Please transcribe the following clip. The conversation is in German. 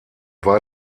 war